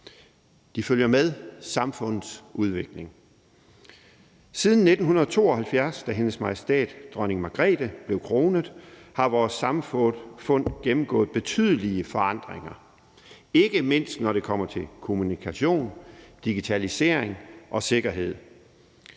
De følger med samfundets udvikling. Siden 1972, da hendes majestæt dronning Margrethe blev kronet, har vores samfund gennemgået betydelige forandringer, ikke mindst når det kommer til kommunikation, digitalisering og sikkerhed,